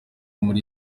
muri